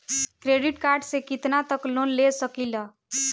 Credit card से कितना तक लोन ले सकईल?